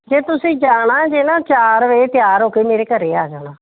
ਜੇ ਤੁਸੀਂ ਜਾਣਾ ਜੇ ਨਾ ਚਾਰ ਵਜੇ ਤਿਆਰ ਹੋ ਕੇ ਮੇਰੇ ਘਰ ਆ ਜਾਣਾ